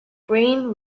green